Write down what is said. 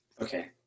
Okay